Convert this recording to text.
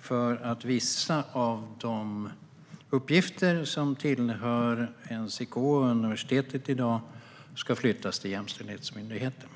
för att vissa av de uppgifter som tillhör NCK och universitetet ska flyttas till Jämställdhetsmyndigheten.